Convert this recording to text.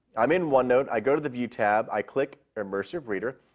i'm in onenote, i go to the view tab, i click immersive reader,